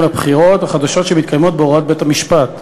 הבחירות החדשות שמתקיימות בהוראת בית-המשפט.